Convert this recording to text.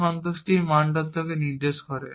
এই সন্তুষ্টির মানদণ্ডকে নির্দেশ করে